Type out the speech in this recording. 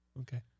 Okay